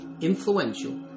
influential